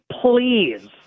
Please